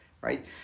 right